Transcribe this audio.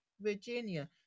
Virginia